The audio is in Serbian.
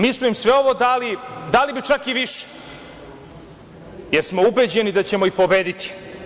Mi smo im sve ovo dali, a dali bi čak i više, jer smo ubeđeni da ćemo ih pobediti.